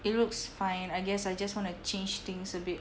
it looks fine I guess I just want to change things a bit